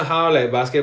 ya